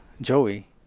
Joey